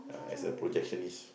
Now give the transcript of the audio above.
uh as a projectionist